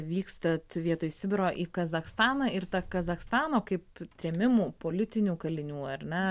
vykstat vietoj sibiro į kazachstaną ir kazachstano kaip trėmimų politinių kalinių ar ne